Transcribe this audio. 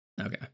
okay